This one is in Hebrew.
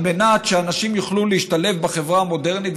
על מנת שאנשים יוכלו להשתלב בחברה המודרנית.